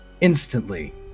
instantly